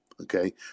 Okay